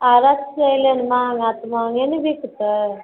अरब से एलनि हँ माल तऽ महँगे ने बिकतै